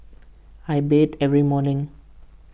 I beat every morning